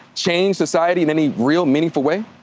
change society in any real, meaningful way?